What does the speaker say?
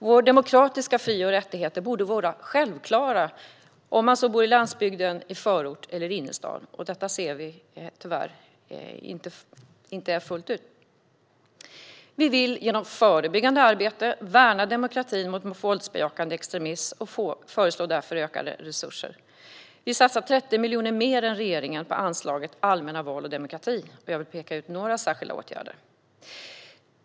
Våra demokratiska fri och rättigheter borde vara självklara om man så bor på landsbygden, i förorten eller i innerstaden. Detta råder inte fullt ut. Vi vill med hjälp av förebyggande arbete värna demokratin i arbetet mot våldsbejakande extremism, och vi föreslår därför ökade resurser. Vi satsar 30 miljoner mer än regeringen på anslaget Allmänna val och demokrati, och jag vill peka ut några särskilda åtgärder.